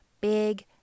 big